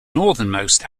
northernmost